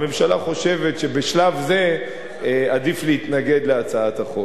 הממשלה חושבת שבשלב זה עדיף להתנגד להצעת החוק.